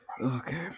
Okay